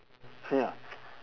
ya